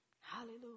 Hallelujah